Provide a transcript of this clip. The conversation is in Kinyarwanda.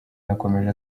yakomeje